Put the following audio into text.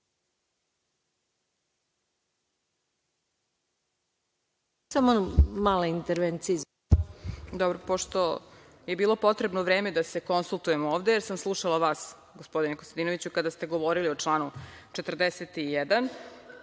Samo mala intervencija.